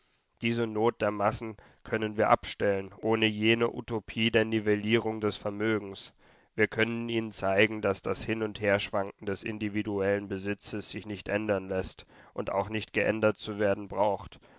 diese not der massen können wir abstellen ohne jene utopie der nivellierung des vermögens wir können ihnen zeigen daß das hin und herschwanken des individuellen besitzes sich nicht ändern läßt und auch nicht geändert zu werden braucht